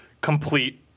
complete